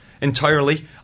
entirely